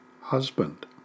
husband